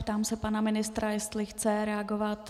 Ptám se pana ministra, jestli chce reagovat.